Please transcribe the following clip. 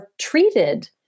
treated